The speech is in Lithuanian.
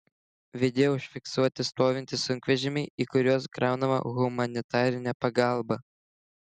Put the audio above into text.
video užfiksuoti stovintys sunkvežimiai į kuriuos kraunama humanitarinė pagalba